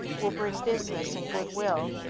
will bring business and goodwill,